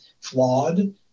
flawed